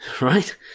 right